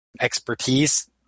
expertise